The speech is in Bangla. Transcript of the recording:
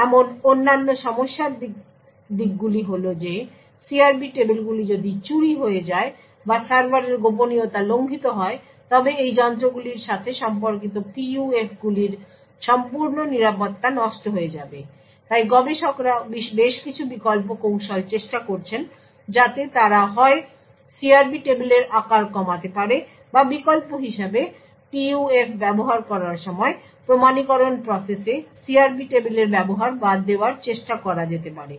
এমন অন্যান্য সমস্যার দিকগুলি হল যে CRP টেবিলগুলি যদি চুরি হয়ে যায় বা সার্ভারের গোপনীয়তা লঙ্ঘিত হয় তবে এই যন্ত্রগুলির সাথে সম্পর্কিত PUFগুলির সম্পূর্ণ নিরাপত্তা নষ্ট হয়ে যাবে। তাই গবেষকরা বেশ কিছু বিকল্প কৌশল চেষ্টা করছেন যাতে তারা হয় CRP টেবিলের আকার কমাতে পারে বা বিকল্প হিসাবে PUF ব্যবহার করার সময় প্রমাণীকরণ প্রসেসে CRP টেবিলের ব্যবহার বাদ দেওয়ার চেষ্টা করা যেতে পারে